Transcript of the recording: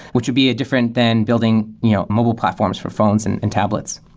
which would be different than building you know mobile platforms for phones and and tablets.